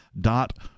dot